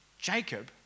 Jacob